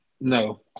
No